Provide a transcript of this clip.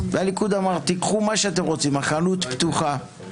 והליכוד אמר: תיקחו מה שאתם רוצים, החנות פתוחה.